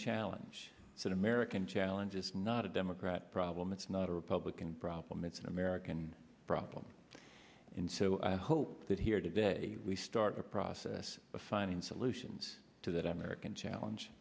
challenge it's an american challenge is not a democrat problem it's not a republican problem it's an american problem in so i hope that here today we start a process of finding solutions to that american challenge